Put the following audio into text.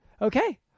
Okay